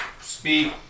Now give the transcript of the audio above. speak